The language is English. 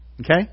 Okay